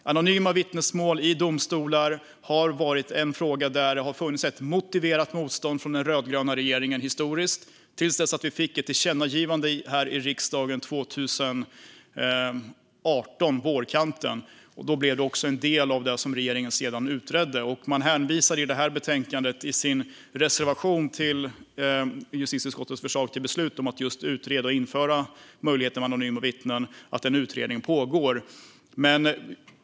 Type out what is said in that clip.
Anonyma vittnesmål i domstolar har varit en fråga där det historiskt har funnits ett motiverat motstånd från den rödgröna regeringen tills att det gjordes ett tillkännagivande från riksdagen på vårkanten 2018. Det blev sedan en del av det som regeringen sedan utredde. Man hänvisar i reservationen i betänkandet till justitieutskottets förslag till beslut om att en utredning pågår om möjligheten att tillåta anonyma vittnen.